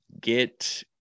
get